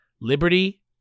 Liberty